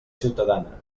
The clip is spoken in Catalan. ciutadana